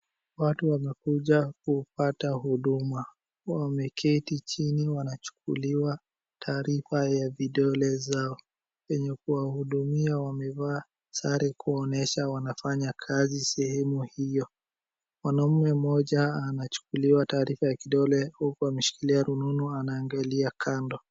Watu wamekuja kupata huduma. Wameketi chini wanachukuliwa tayari kwa vidole zao. Wenye kuwahudumia wamevaa sare kuonyesha wanafanya kazi sehemu hiyo. Mwanamme mmoja anachukuliwa taarifa ya kidole huku ameshikilia rununu anaangalia kando.